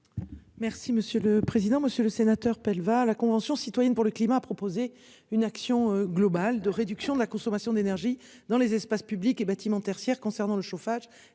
Merci monsieur le président, Monsieur le Sénateur, Pell va à la Convention citoyenne pour le climat a proposé une action globale de réduction de la consommation d'énergie dans les espaces publics et bâtiment tertiaire concernant le chauffage,